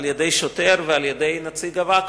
על-ידי שוטר ועל-ידי נציג הווקף.